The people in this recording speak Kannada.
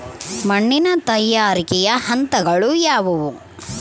ಮಣ್ಣಿನ ತಯಾರಿಕೆಯ ಹಂತಗಳು ಯಾವುವು?